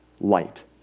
light